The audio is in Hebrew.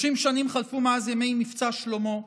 30 שנים חלפו מאז ימי מבצע שלמה,